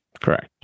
Correct